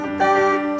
back